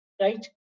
right